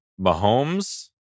Mahomes